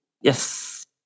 Yes